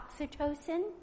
oxytocin